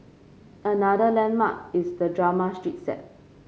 another landmark is the drama street set